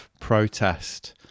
protest